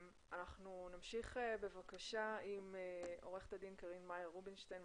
אנחנו נמשיך בבקשה עם עו"ד קרין מאיר רובינשטיין,